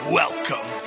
welcome